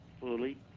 fully